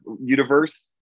universe